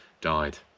died